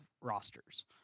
rosters